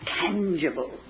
tangible